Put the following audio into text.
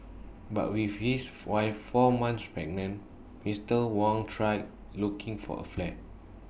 but with his wife four months pregnant Mister Wang tried looking for A flat